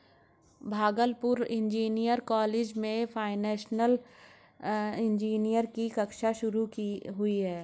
Bhagalpur engineering college में financial engineering की कक्षा शुरू होगी